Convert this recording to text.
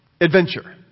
adventure